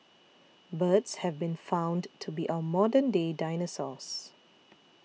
birds have been found to be our modern day dinosaurs